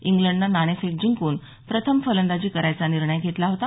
इंग्लंडनं नाणेफेक जिंकून प्रथम फलंदाजी करायचा निर्णय घेतला होता